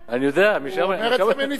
הוא אומר את זה מניסיון.